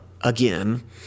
again